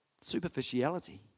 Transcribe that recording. superficiality